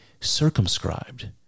circumscribed